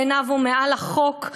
בעיניו הוא מעל החוק,